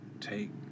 Take